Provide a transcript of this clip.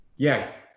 Yes